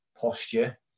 posture